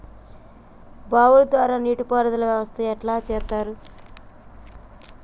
బావుల ద్వారా నీటి పారుదల వ్యవస్థ ఎట్లా చేత్తరు?